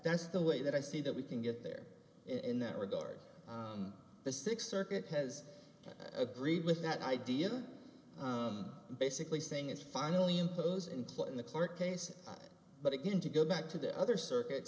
that's the way that i see that we can get there in that regard the th circuit has agreed with that idea basically saying it's finally impose include in the court case but again to go back to the other circuit